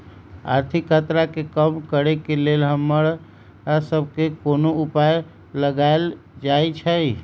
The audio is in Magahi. आर्थिक खतरा के कम करेके लेल हमरा सभके कोनो उपाय लगाएल जाइ छै